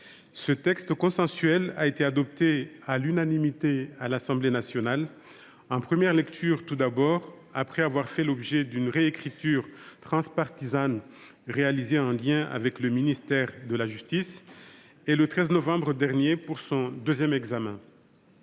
Ce texte consensuel a été adopté à l’unanimité par l’Assemblée nationale, en première lecture tout d’abord, après avoir fait l’objet d’une réécriture transpartisane réalisée en lien avec le ministère de la justice, et le 13 novembre dernier, lors de son deuxième examen.